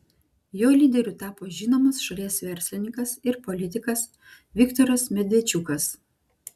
jo lyderiu tapo žinomas šalies verslininkas ir politikas viktoras medvedčiukas